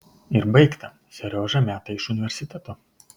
ir baigta seriožą meta iš universiteto